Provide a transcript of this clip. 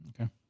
Okay